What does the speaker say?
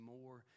More